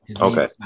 okay